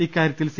ഇക്കാര്യത്തിൽ സി